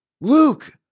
Luke